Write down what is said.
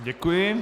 Děkuji.